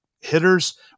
hitters